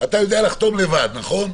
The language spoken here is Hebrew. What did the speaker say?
אתה יודע לחתום לבד, נכון?